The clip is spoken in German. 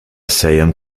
sejm